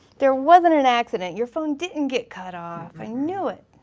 there wasn't an accident, your phone didn't get cut off, i knew it!